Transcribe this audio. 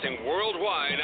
worldwide